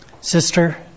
sister